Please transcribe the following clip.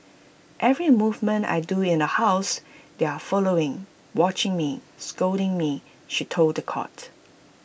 every movement I do in the house they are following watching me scolding me she told The Court